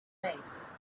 face